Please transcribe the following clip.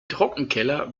trockenkeller